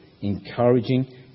encouraging